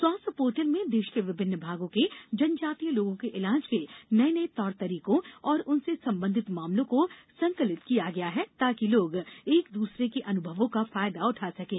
स्वास्थ्य पोर्टल में देश के विभिन्न भागों के जनजातीय लोगों के इलाज के नए नए तौर तरीकों और उनसे संबंधित मामलों को संकलित किया गया है ताकि लोग एक दूसरे के अनुभवों का फायदा उठा सकें